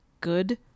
good